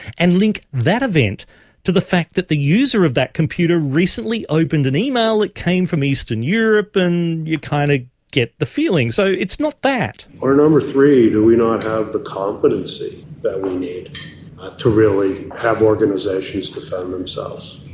and link that event to the fact that the user of that computer recently opened an email that came from eastern europe, and, you kind of get the feeling. so it's not that. or number three, do we not have the competency that we need to really have organisations defend themselves?